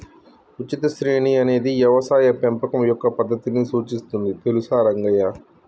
ఉచిత శ్రేణి అనేది యవసాయ పెంపకం యొక్క పద్దతిని సూచిస్తుంది తెలుసా రంగయ్య